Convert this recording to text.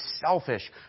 selfish